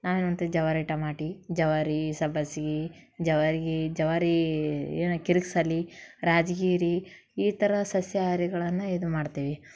ನಾವೇನು ಅಂತೀವಿ ಜವಾರಿ ಟಮಾಟಿ ಜವಾರಿ ಸಬ್ಬಸ್ಗೆ ಜವಾರ್ಗಿ ಜವಾರಿ ಏನು ಕಿರಕ್ಸಾಲಿ ರಾಜಗೀರ ಈ ಥರ ಸಸ್ಯಾಹಾರಿಗಳನ್ನು ಇದು ಮಾಡ್ತೀವಿ